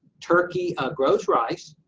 turkey grows rice,